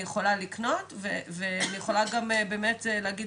אני יכולה לקנות ואני יכולה גם באמת להגיד